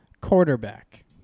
Quarterback